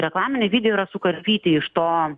reklaminiai video yra sukarpyti iš to